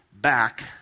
back